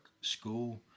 school